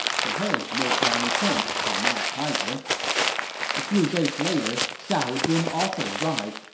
so hey, more browny points for mad tiger a few days later, xiahou dun also arrived,